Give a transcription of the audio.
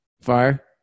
fire